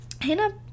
Hannah